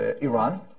Iran